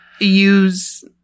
use